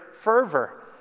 fervor